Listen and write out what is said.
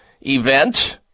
event